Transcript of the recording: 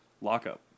Lockup